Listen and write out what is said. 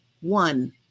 One